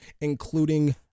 including